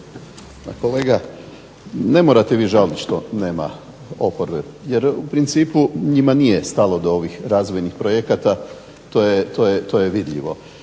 Pa kolega, ne morate vi žalit što nema oporbe jer u principu njima nije stalo do ovih razvojnih projekata, to je vidljivo.